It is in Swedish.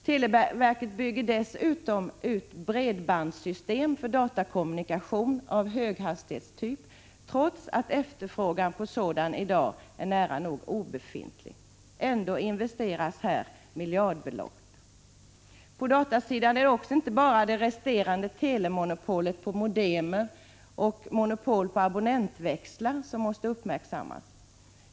Televerket bygger dessutom ut bredbandssystem för datakommunikation av höghastighetstyp, trots att efterfrågan i dag är nära nog obefintlig. Ändå investeras här miljardbelopp. På datasidan är det inte bara det resterande telemonopolet och monopolet på abonnentväxlar och modem som måste uppmärksammas.